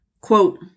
Quote